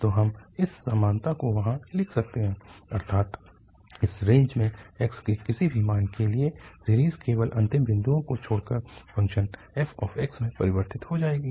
तो हम इस समानता को वहाँ लिख सकते हैं अर्थात इस रेंज में x के किसी भी मान के लिए सीरीज़ केवल अंतिम बिंदुओं को छोड़कर फ़ंक्शन fx में परिवर्तित हो जाएगी